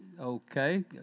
Okay